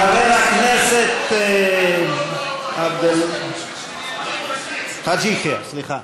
חבר הכנסת חאג' יחיא, מספיק.